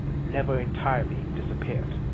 never entirely disappeared.